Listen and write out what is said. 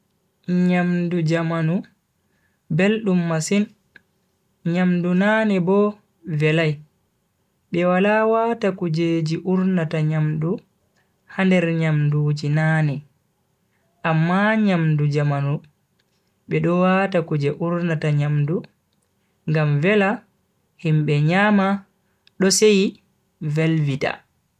Nyamdu jamanu beldum masin, nyamdu nane bo velai be wala wata kujeji urnata nyamdu ha nder nyamduji nane amma nyamdu jamanu be do wata kuje urnata nyamdu ngam vela himbe nyama do seyi Velvita.